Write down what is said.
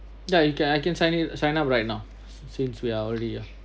ya you can I can sign it sign up right now since we are already uh